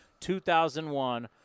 2001